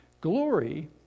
glory